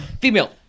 Female